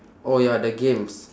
orh ya the games